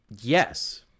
Yes